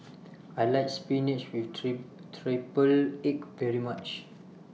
I like Spinach with Triple Egg very much